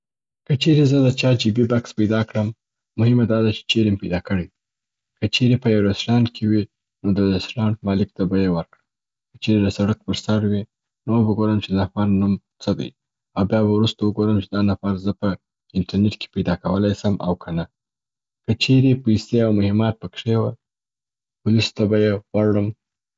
که چیري زه د چاه جیبي بکس پیدا کړم، مهمه دا ده چي چیري مي پیدا کړی دی. که چیري په یو رسټورانټ کي وي، نو د رسټورانټ مالک ته به یې ورکړم، که چیري د سړک پر سر وي، نو و بګورم چې د نفر نوم څه دی، او بیا به وروسته وګورم چې دا نفر زه په انټرنیټ کي پیدا کولای سم او که نه. که چیري پیسي او مهمات پکښې وه، پولیسو ته به یې ور وړم.